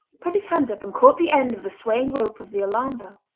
put his hand up and caught the end of the swaying rope of the alarm bell.